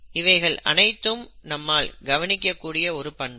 இவைகள் அனைத்தும் நம்மால் கவனிக்க கூடிய ஒரு பண்பு